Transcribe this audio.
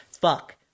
fuck